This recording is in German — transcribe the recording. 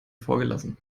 vorgelassen